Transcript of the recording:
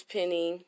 Penny